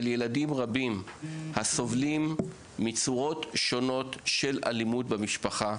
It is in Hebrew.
ילדים רבים הסובלים מצורות שונות של אלימות במשפחה,